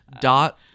dot